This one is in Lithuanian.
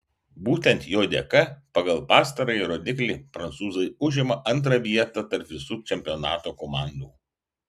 būtent jo dėka pagal pastarąjį rodiklį prancūzai užima antrą vietą tarp visų čempionato komandų